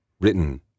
Written